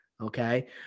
Okay